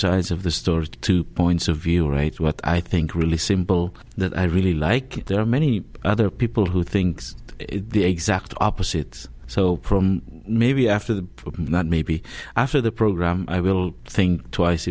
sides of the story two points of view right i think really simple that i really like there are many other people who think the exact opposite so maybe after the not maybe after the program i will think twice